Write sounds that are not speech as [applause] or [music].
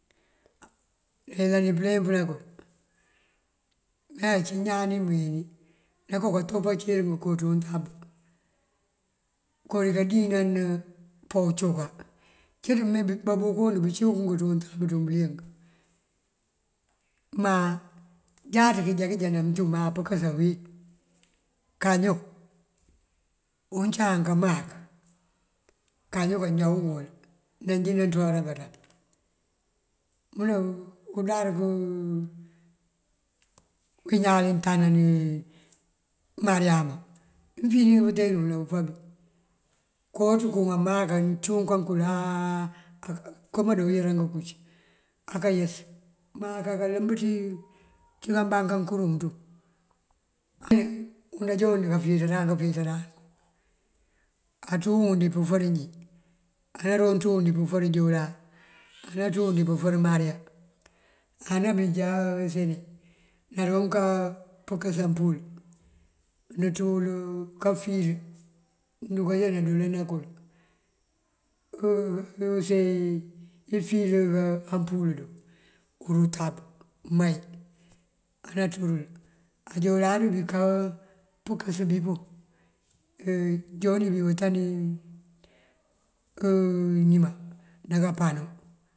Nayëlani pëleempëna pël nda ací ñaan ní mee noko kantopacir ngënko ţí untab noko dí kandilan pá coka. Cíţ me babúkund cí búkunk ţí untab ţun bëliyëng má jáaţ këjá ná muntum má pënkës awín. Kaño uncam kamak kaño kañawun wël nandinaţuwarank ta. Mëne undarëk uwí ñaling tanan uwí mariama njí fini pënteen wël ná bëfá bí. Kayoţ kun amak amëncunkan kël áa aka këmandoyëra ngënhuc akayës má akaka lëmbën ţí kambaŋ kankurum ţun. Wund ajo und kafíiţaran këfíiţaran anţú ngun dí pëfër njí anaronţú dí pëfër jula ananţú wun dí maria. Ánabi binjá seni naronka pënkës ampul nënţú wul kafil nëruka já nandoolana kul [hesitation] ifil ampul yun kuruntáb máy ananţúril. Á jola dubi ka pënkës bí pun. Joni bí wëtani [hesitation] ñima ná kapano.